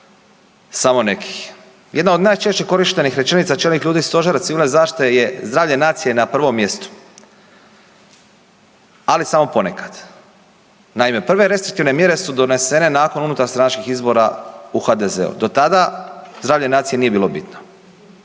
samo nekih. Jedna od najčešćih korištenih rečenica Stožera civilne zaštite je „Zdravlje nacije je na prvom mjestu“, ali samo ponekad. Naime, prve restriktivne mjere su donesene nakon unutarstranačkih izbora u HDZ-u, do tada zdravlje nacije nije bilo bitno.